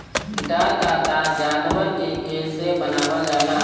guitar क तार जानवर के केस से बनावल जाला